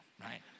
right